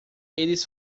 eles